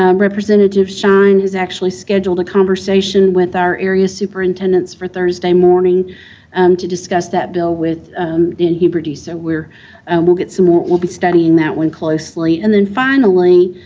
um representative shine has actually scheduled a conversation with our area superintendants for thursday morning to discuss that bill with dan huberty, so we'll get some more we'll be studying that one closely, and then finally,